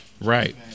right